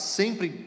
sempre